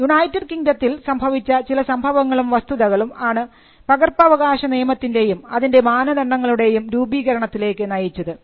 United കിങ്ഡത്തിൽ സംഭവിച്ച ചില സംഭവങ്ങളും വസ്തുതകളും ആണ് പകർപ്പവകാശ നിയമത്തിന്റെയും അതിന്റെ മാനദണ്ഡങ്ങളുടെയും രൂപീകരണത്തിലേക്ക് നയിച്ചത്